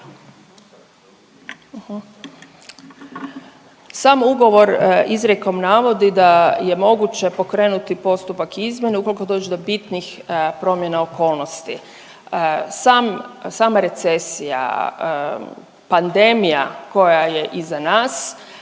Sam ugovor izrijekom navodi da je moguće pokrenuti postupak izmjene ukoliko dođe do bitnih promjena okolnosti. Sama recesija, pandemija koja je iza nas